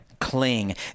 cling